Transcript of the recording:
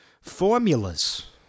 formulas